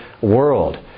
world